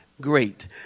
great